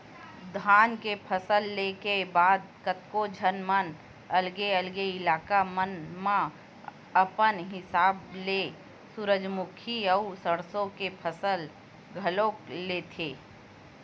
धान के फसल ले के बाद कतको झन मन अलगे अलगे इलाका मन म अपन हिसाब ले सूरजमुखी अउ सरसो के फसल घलोक लेथे